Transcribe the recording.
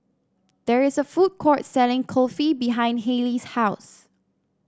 there is a food court selling Kulfi behind Hayley's house